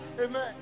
amen